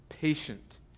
Patient